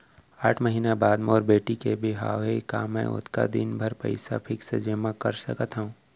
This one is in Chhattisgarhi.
आठ महीना बाद मोर बेटी के बिहाव हे का मैं ओतका दिन भर पइसा फिक्स जेमा कर सकथव?